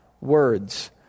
words